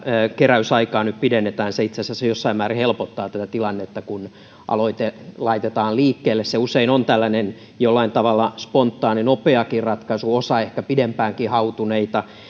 keräysaikaa nyt pidennetään se itse asiassa jossain määrin helpottaa tätä tilannetta kun aloite laitetaan liikkeelle se usein on tällainen jollain tavalla spontaani nopeakin ratkaisu osa ehkä pidempäänkin hautuneita